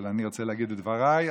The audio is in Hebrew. אבל אני רוצה להגיד את דבריי.